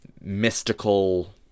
mystical